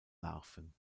larven